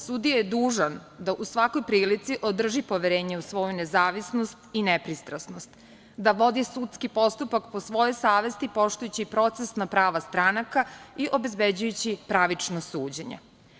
Sudija je dužan da u svakoj prilici održi poverenje i svoju nezavisnost i nepristrasnost, da vodi sudski postupak po svojoj savesti, poštujući procesna prava stranaka i obezbeđujući pravično suđenje.